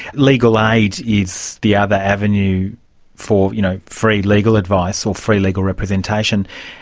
legal aid is the other avenue for you know free legal advice or free legal representation.